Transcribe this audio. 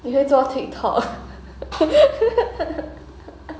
你会做 tik tok